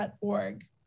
.org